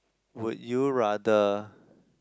would you rather